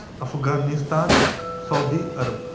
Afghanistan Saudi Arab